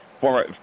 former